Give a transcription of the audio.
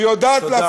והיא יודעת, תודה.